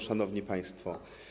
Szanowni Państwo!